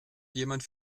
jemand